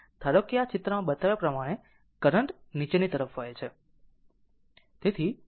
ધારો કે આ ચિત્રમાં બતાવ્યા પ્રમાણે કરંટ નીચેની તરફ વહે છે